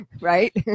right